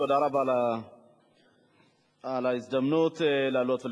תודה רבה על ההזדמנות לעלות ולדבר.